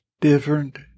different